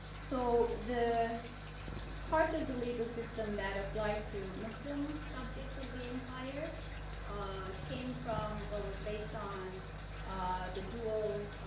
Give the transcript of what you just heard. so, the part of the legal system that apply to muslim subjects of the empire ah came from or was based on the dual